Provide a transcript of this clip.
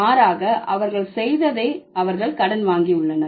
மாறாக அவர்கள் செய்ததை அவர்கள் கடன் வாங்கியுள்ளனர்